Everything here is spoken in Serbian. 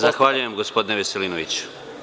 Zahvaljujem, gospodine Veselinoviću.